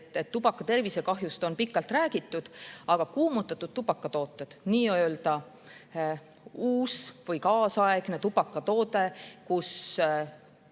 Tubaka tervisekahjust on pikalt räägitud, aga kuumutatud tubakatooted – see on nii-öelda uus või kaasaegne tubakatoode, kus